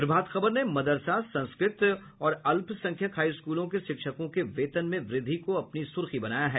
प्रभात खबर ने मदरसा संस्कृत और अल्संख्यक हाई स्कूलों के शिक्षकों के वेतन में वृद्धि को अपनी सुर्खी बनाया है